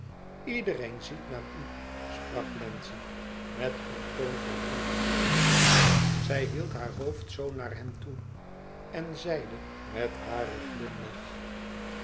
iedereen ziet naar u sprak wlenzci met een toon van compliment zij hield haar hoofd zoo naar hem toe en zeide met haren glimlach